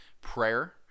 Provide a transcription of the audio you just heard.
prayer